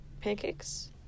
pancakes